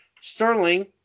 Sterling